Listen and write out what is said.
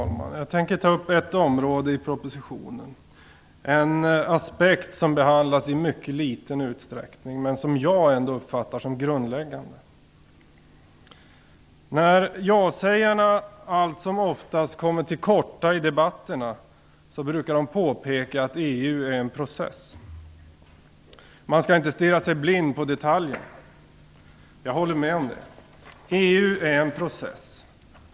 Fru talman! Jag tänker ta upp ett område i propositionen, en aspekt som behandlas i mycket liten utsträckning men som jag ändå uppfattar som grundläggande. När ja-sägarna allt som oftast kommer till korta i debatterna brukar de påpeka att EU är en process. Man skall inte stirra sig blind på detaljer. Jag håller med om det. EU är en process.